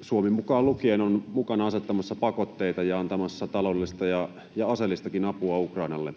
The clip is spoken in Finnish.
Suomi mukaan lukien, on mukana asettamassa pakotteita ja antamassa taloudellista ja aseellistakin apua Ukrainalle.